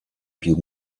più